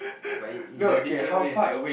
but in in their different way